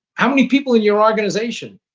how many people in your organization?